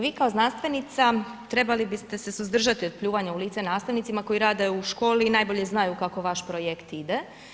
Vi kao znanstvenica trebali bi ste se suzdržati u pljuvanja u lice nastavnicima koji rade u školi i najbolje znaju kako vaš projekt ide.